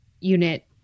unit